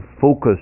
focus